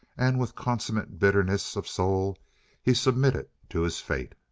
and with consummate bitterness of soul he submitted to his fate.